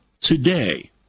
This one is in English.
today